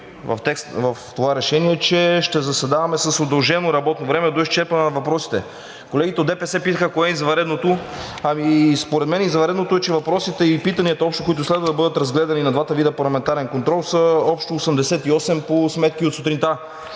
текст, че ще заседаваме с удължено работно време до изчерпване на въпросите. Колегите от ДПС питаха кое е извънредното. Според мен извънредното е, че въпросите и питанията, които следва да бъдат разгледани на двата вида парламентарен контрол, са общо 88 по сметки от сутринта.